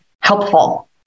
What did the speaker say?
helpful